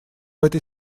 этой